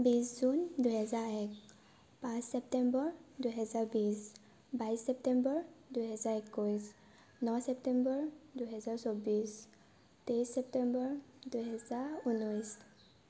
বিছ জুন দুহেজাৰ এক পাঁচ চেপ্তেম্বৰ দুহেজাৰ বিছ বাইছ চেপ্তেম্বৰ দুহেজাৰ একৈছ ন চেপ্তেম্বৰ দুহেজাৰ চৌবিছ তেইছ চেপ্তেম্বৰ দুহেজাৰ ঊনৈছ